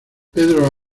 pedro